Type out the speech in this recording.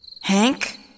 Hank